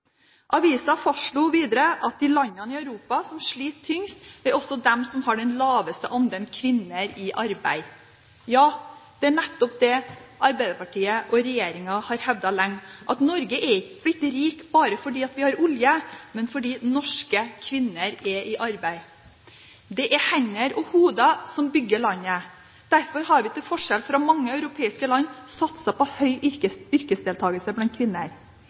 Avisen fastslo videre at de landene i Europa som sliter tyngst, også er de som har den laveste andelen kvinner i arbeid. Ja, det er nettopp det Arbeiderpartiet og regjeringen har hevdet lenge, at Norge ikke er blitt et rikt land bare fordi vi har olje, men fordi norske kvinner er i arbeid. Det er hender og hoder som bygger landet. Derfor har vi til forskjell fra mange andre europeiske land satset på høy yrkesdeltakelse blant kvinner.